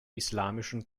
islamischen